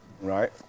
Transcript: Right